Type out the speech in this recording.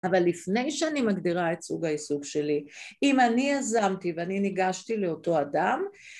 אבל לפני שאני מגדירה את סוג העיסוק שלי אם אני יזמתי ואני ניגשתי לאותו אדם